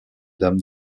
dame